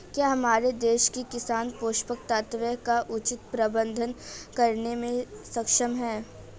क्या हमारे देश के किसान पोषक तत्वों का उचित प्रबंधन करने में सक्षम हैं?